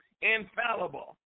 infallible